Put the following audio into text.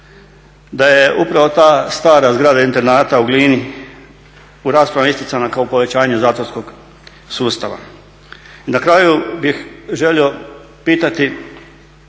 da je upravo ta stara zgrada Internata u Glini u raspravi isticana kao povećanje zatvorskog sustava. Na kraju bih želio pitati,